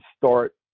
start